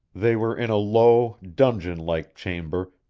they were in a low, dungeon-like chamber,